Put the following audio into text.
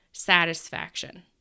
satisfaction